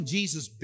Jesus